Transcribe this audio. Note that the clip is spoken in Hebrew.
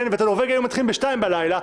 ואת הנורבגי היו מתחילים בשתיים בלילה,